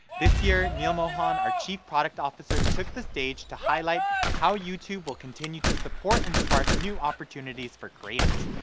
this year, neal mohan, our chief product officer took the stage to highlight how youtube will continue to support and spark new opportunities for creators!